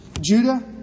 Judah